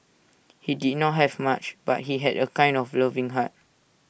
he did not have much but he had A kind and loving heart